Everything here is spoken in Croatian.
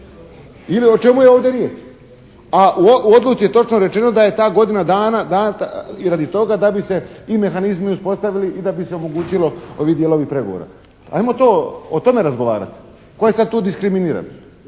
ili o čemu je ovdje riječ? A u odluci je točno rečeno da je ta godina dana data i radi toga da bi se i mehanizmi uspostavili i da bi se omogućilo ovi dijelovi pregovora. Ajmo o tome razgovarati. Tko je sada tu diskriminiran?